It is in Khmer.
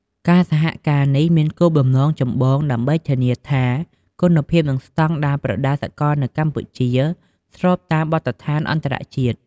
ការសហការនេះមានគោលបំណងចម្បងដើម្បីធានាថាគុណភាព និងស្តង់ដារកីឡាប្រដាល់សកលនៅកម្ពុជាស្របតាមបទដ្ឋានអន្តរជាតិ។